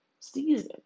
season